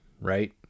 right